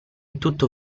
tutto